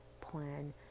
plan